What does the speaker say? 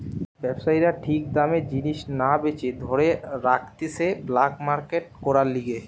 ব্যবসায়ীরা ঠিক দামে জিনিস না বেচে ধরে রাখতিছে ব্ল্যাক মার্কেট করার লিগে